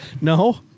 no